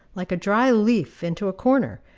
like a dry leaf, into a corner,